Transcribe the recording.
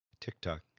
TikTok